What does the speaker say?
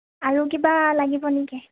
আৰু কিবা লাগিব নেকি